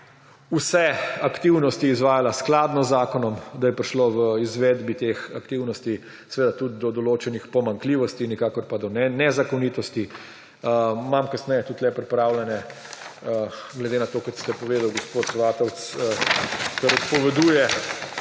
vse aktivnosti izvajala skladno z zakonom, da je prišlo v izvedbi teh aktivnosti seveda tudi do določenih pomanjkljivosti, nikakor pa ne do nezakonitosti. Imam kasneje tudi tukaj pripravljene, glede na to, kar ste povedali, gospod Vatovec, ker odpoveduje